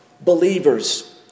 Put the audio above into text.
believers